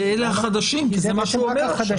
כי אלה החדשים, זה מה שהוא אמר עכשיו.